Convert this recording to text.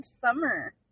summer